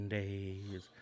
days